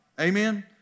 Amen